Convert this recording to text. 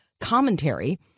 commentary